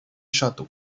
château